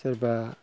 सोरबा